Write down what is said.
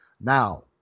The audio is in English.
Now